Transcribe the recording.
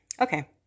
Okay